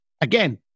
Again